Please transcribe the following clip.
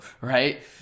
right